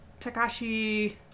Takashi